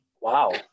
Wow